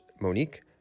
Monique